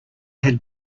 had